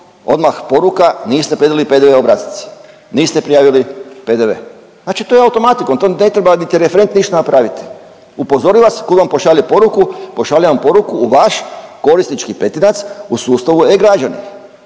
odmah poruka niste predali PDV obrazac, niste prijavili PDV . Znači to je automatikom, to ne treba niti referent ništa napraviti. Upozori vas kud vam pošalje poruku, pošalje vam poruku u vaš korisnički pretinac u sustavu e-građani.